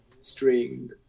string